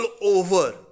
over